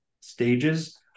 stages